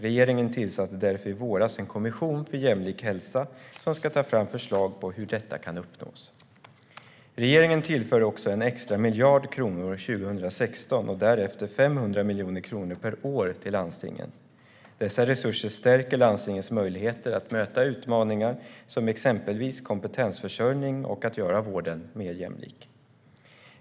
Regeringen tillsatte därför i våras en kommission för jämlik hälsa som ska ta fram förslag på hur detta kan uppnås. Regeringen tillför också 1 extra miljard kronor 2016 och därefter 500 miljoner kronor per år till landstingen. Dessa resurser stärker landstingens möjligheter att möta utmaningar som exempelvis kompetensförsörjning och att göra vården mer jämlik.